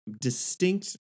distinct